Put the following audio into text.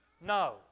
No